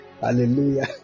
Hallelujah